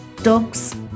dogs